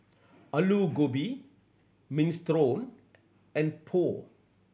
Alu Gobi Minestrone and Pho